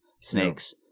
snakes